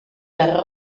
les